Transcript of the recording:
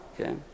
okay